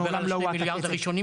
מעולם לא הואט הקצב.